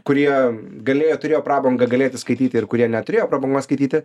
kurie galėjo turėjo prabangą galėti skaityti ir kurie neturėjo prabangos skaityti